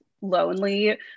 lonely